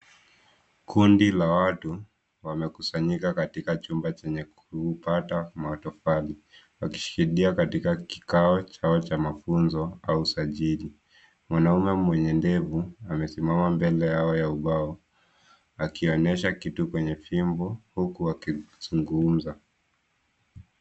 Kundi la watu wamekusanyika katika chumba chenye kupata matofali wakishikidia katika kiakao chao cha mafunzo au sajili. Mwanaume mwenye ndevu amesimama mbele yao ya ubao akionyesha kitu kwenye fimbo huku akizungumza.